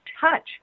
touch